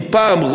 אם פעם,